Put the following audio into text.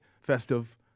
festive